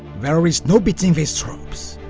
there is no beating these troops,